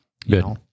Good